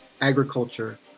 agriculture